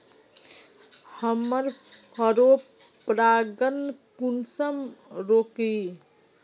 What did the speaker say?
हमार पोरपरागण कुंसम रोकीई?